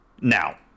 Now